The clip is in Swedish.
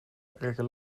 räcker